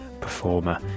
performer